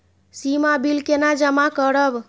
सीमा bill केना जमा करब?